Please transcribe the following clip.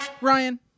Ryan